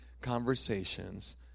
conversations